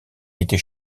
était